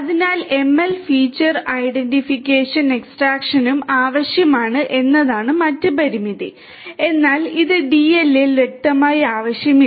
അതിനാൽ ML ൽ feature ഐഡന്റിഫിക്കേഷനും ആവശ്യമാണ് എന്നതാണ് മറ്റ് പരിമിതി എന്നാൽ ഇത് DL ൽ വ്യക്തമായി ആവശ്യമില്ല